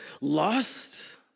lost